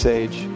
age